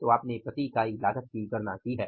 तो आपने प्रति इकाई लागत की गणना की है